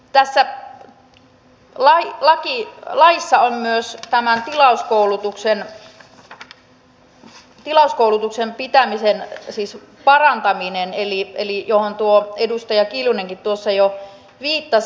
tässä laissa on myös tämän tilauskoulutuksen parantaminen johon edustaja kiljunenkin tuossa jo viittasi